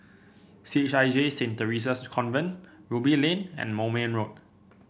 C H I J Saint Theresa's Convent Ruby Lane and Moulmein Road